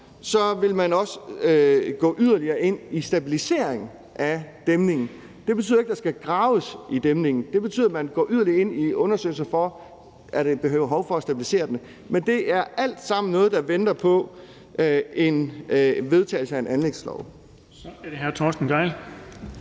så vil man også gå yderligere ind i stabilisering af dæmningen. Det betyder ikke, at der skal graves i dæmningen, det betyder, at man går yderligere ind i undersøgelser for at se, om der er behov for at stabilisere den. Men det er alt sammen noget, der venter på vedtagelse af en anlægslov. Kl. 15:42 Den fg.